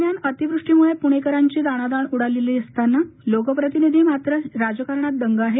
दरम्यान अतिवृष्टीमुळे पुणेकरांची दाणादाण उडाली असताना लोकप्रतिनिधी मात्र राजकारणात दंग झाले आहेत